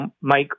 Mike